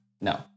no